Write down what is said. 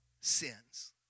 sins